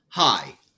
Hi